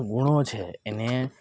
ગુણો છે એને